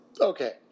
Okay